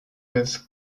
with